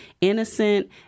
innocent